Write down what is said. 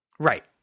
Right